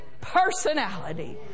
personality